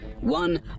one